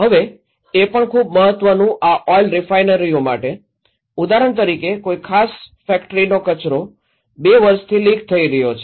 હવે એ પણ ખૂબ મહત્વનું આ ઓઇલ રિફાઇનરીઓ માટે ઉદાહરણ તરીકે કોઈ ખાસ ફેક્ટરીનો કચરો બે વર્ષથી લીક થઇ રહ્યો છે